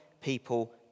people